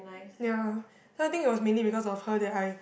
ya so I think it was mainly because of her that I